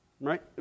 Right